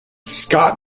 scott